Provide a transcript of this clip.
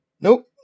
Nope